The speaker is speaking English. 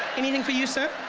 anything for you sir,